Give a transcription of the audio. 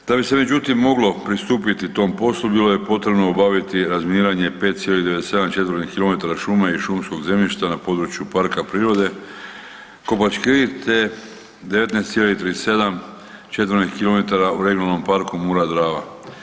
Da bi se međutim moglo pristupiti tom poslu bilo je potrebno obaviti razminiranje 5,97 km2 šume i šumskog zemljišta na području parka prirode „Kopački rit“ te 19,37 km2 u Regionalnom parku „Mura-Drava“